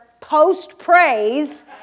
post-praise